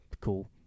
Cool